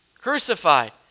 Crucified